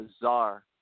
bizarre